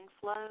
flow